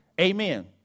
amen